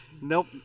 Nope